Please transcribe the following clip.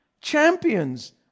champions